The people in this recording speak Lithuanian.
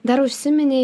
dar užsiminei